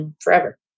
forever